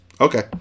Okay